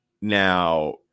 Now